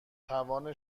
توان